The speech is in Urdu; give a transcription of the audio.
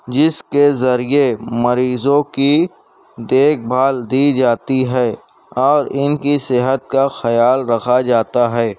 جس کے ذریعہ مریضوں کی دیکھ بھال دی جاتی ہے اور ان کی صحت کا خیال رکھا جاتا ہے